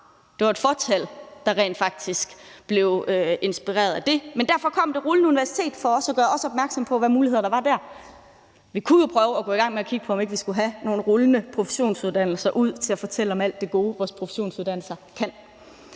det var et fåtal, der rent faktisk blev inspireret af det. Men derfor kom Det Rullende Universitet også for at gøre os opmærksom på, hvad der var for nogle muligheder, og vi kunne jo prøve at gå i gang med at kigge på, om vi ikke skulle have nogle rullende professionsuddannelser til at komme ud og fortælle om alt det gode, som vores professionsuddannelser kan.